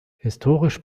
historisch